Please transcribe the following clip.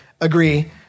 agree